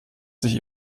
sich